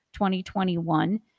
2021